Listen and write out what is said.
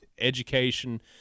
education